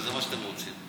זה מה שאתם רוצים.